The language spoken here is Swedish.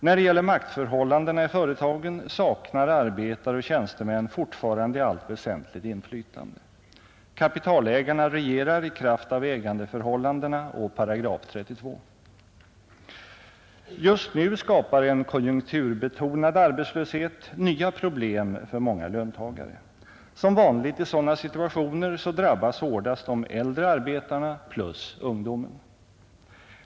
När det gäller maktförhållandena i företagen saknar arbetare och tjänstemän fortfarande i allt väsentligt inflytande. Kapitalägarna regerar i kraft av ägandeförhållandena och § 32. Just nu skapar en konjunkturbetonad arbetslöshet nya problem för många löntagare. Som vanligt i sådana situationer drabbas hårdast de äldre arbetarna plus ungdomen.